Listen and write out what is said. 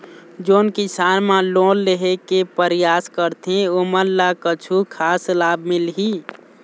जोन किसान मन लोन लेहे के परयास करथें ओमन ला कछु खास लाभ मिलही?